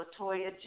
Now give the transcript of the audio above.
Latoya